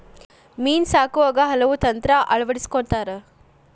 ಮೇನಾ ಸಾಕುವಾಗ ಹಲವು ತಂತ್ರಾ ಅಳವಡಸ್ಕೊತಾರ